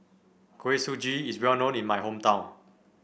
Kuih Suji is well known in my hometown